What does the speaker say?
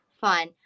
fun